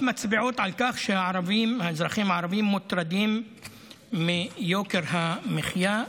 מצביעות על כך שהאזרחים הערבים מוטרדים מיוקר המחיה,